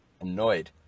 Annoyed